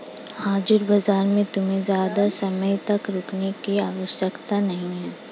हाजिर बाजार में तुमको ज़्यादा समय तक रुकने की आवश्यकता नहीं है